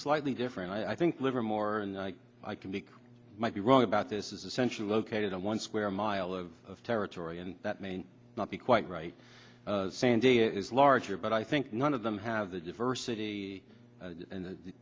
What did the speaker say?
slightly different i think livermore and i can be might be wrong about this is essentially located on one square mile of territory and that may not be quite right sandy is larger but i think none of them have the diversity and